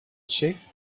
shape